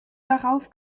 darauf